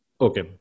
Okay